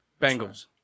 Bengals